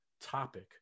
topic